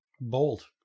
bold